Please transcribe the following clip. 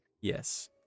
Yes